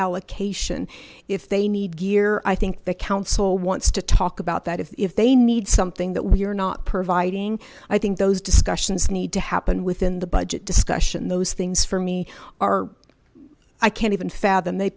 allocation if they need gear i think the council wants to talk about that if they need something that we're not providing i think those discussions need to happen within the budget discussion those things for me are i can't even fathom they